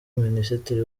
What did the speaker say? minisitiri